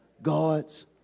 God's